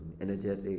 energetic